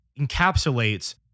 encapsulates